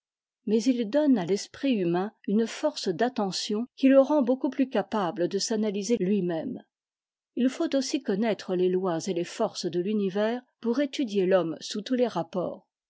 mais il donne à l'esprit humain une force d'attention qui le rend beaucoup plus capable de s'analyser lui-même h faut aussi connaître les lois et les forces de l'univers pour étudier l'homme sous tous les rapports